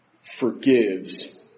forgives